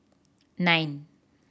nine